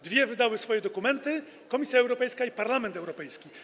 Dwie wydały swoje dokumenty: Komisja Europejska i Parlament Europejski.